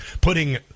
putting